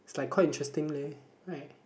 it's like quite interesting leh right